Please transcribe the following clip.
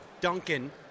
Duncan